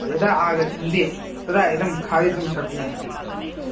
यदा आगच्छन्ति तदा इदं खादितुं शक्नुवन्ति